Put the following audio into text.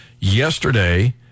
yesterday